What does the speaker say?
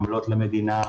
עמלות למדינה,